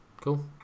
Cool